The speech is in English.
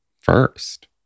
first